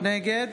נגד